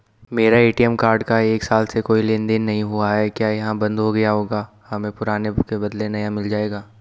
मेरा ATM card का एक साल से कोई लेन देन नहीं हुआ है क्या यह बन्द हो गया होगा हमें पुराने के बदलें नया मिल जाएगा?